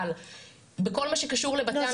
אבל בכל מה שקשור לבתי המשפט --- לא,